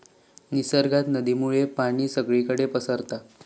निसर्गात नदीमुळे पाणी सगळीकडे पसारता